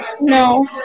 No